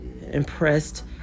impressed